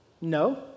No